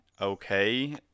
okay